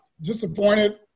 disappointed